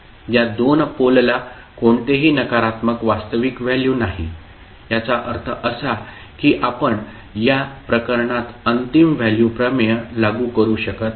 या दोन पोलला कोणतेही नकारात्मक वास्तविक व्हॅल्यू नाही याचा अर्थ असा की आपण या प्रकरणात अंतिम व्हॅल्यू प्रमेय लागू करू शकत नाही